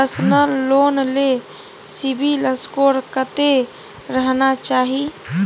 Personal loan ले CIBIL score कत्ते रहना चाही?